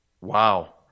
Wow